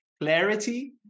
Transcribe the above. Clarity